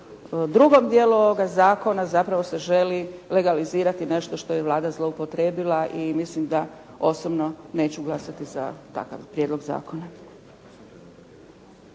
drugom dijelu ovoga zakona zapravo se želi legalizirati nešto što je Vlada zloupotrijebila i mislim da osobno neću glasati za takav prijedlog zakona.